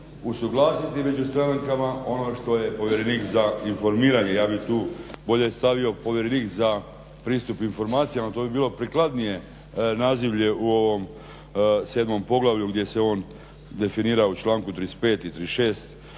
usuglasiti među stankama ono što je povjerenik za informiranje, ja bih tu bolje stavio povjerenik za pristup informacijama, to bi bilo prikladnije nazivlje u ovom sedmom poglavlju gdje se on definira u članku 35. i 36.